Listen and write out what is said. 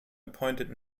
appointed